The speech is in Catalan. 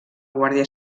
guàrdia